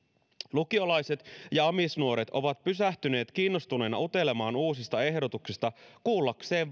lukiolaiset ja amisnuoret ovat pysähtyneet kiinnostuneena utelemaan uusista ehdotuksista vain kuullakseen